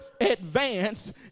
advance